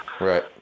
Right